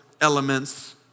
elements